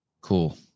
Cool